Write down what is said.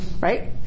Right